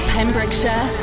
Pembrokeshire